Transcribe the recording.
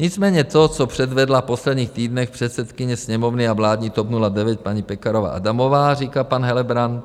Nicméně to, co předvedla v posledních týdnech předsedkyně Sněmovny a vládní TOP 09 paní Pekarová Adamová, říká pan Helebrant,